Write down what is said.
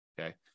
Okay